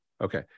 okay